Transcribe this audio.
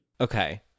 Okay